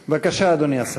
בבקשה, אדוני השר.